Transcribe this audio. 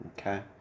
Okay